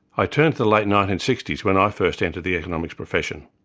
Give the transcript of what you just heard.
i turn to the late nineteen sixty s, when i first entered the economics profession.